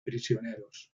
prisioneros